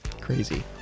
Crazy